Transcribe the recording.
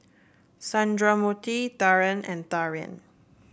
Sundramoorthy Dhyan and Dhyan